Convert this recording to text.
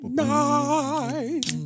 night